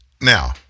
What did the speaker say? Now